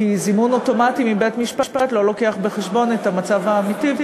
כי זימון אוטומטי מבית-משפט לא לוקח בחשבון את המצב האמיתי,